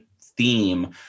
theme